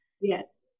Yes